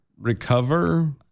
recover